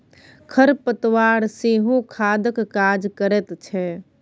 खर पतवार सेहो खादक काज करैत छै